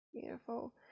Beautiful